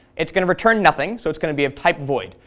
it's going to return nothing, so it's going to be of type void.